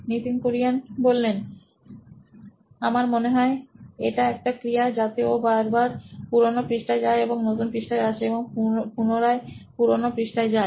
Nitin Kurian C O ও নোইন electronics আমার মনে হয় এটা একটা ক্রিয়া যাতে ও বারবার পুরোনো পৃষ্ঠায় যায় এবং নতু ন পৃষ্ঠায় আসে এবং পুনরায় পুরোনো পৃষ্ঠায় যায়